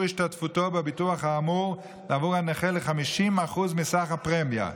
השתתפותו בביטוח האמור בעבור הנכה ל-50% מסך הפרמיה,